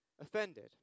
offended